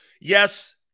Yes